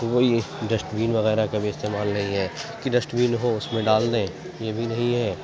کوئی ڈسٹبین وغیرہ کا بھی استعمال نہیں ہے کہ ڈسٹبین ہو اس میں ڈال دیں یہ بھی نہیں ہے